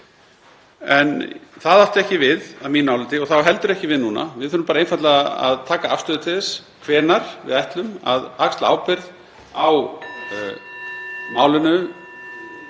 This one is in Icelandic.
Það átti ekki við að mínu áliti og það á heldur ekki við núna. Við þurfum bara einfaldlega að taka afstöðu til þess hvenær við ætlum að axla ábyrgð á málinu